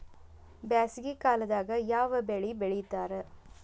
ಬ್ಯಾಸಗಿ ಕಾಲದಾಗ ಯಾವ ಬೆಳಿ ಬೆಳಿತಾರ?